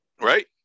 Right